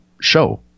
show